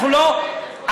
אני לא,